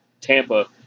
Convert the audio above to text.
Tampa